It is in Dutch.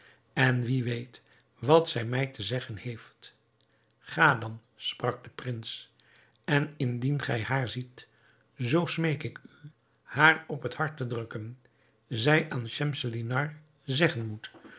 en wie weet wat zij mij te zeggen heeft ga dan sprak de prins en indien gij haar ziet zoo smeek ik u haar op het hart te drukken zij aan schemselnihar zeggen moet